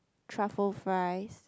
truffle fries